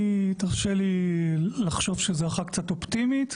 תרשה לי לחשוב שזה הערכה קצת אופטימית.